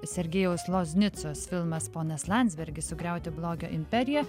sergejaus loznicos filmas ponas landsbergis sugriauti blogio imperiją